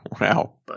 Wow